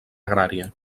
agrària